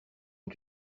ont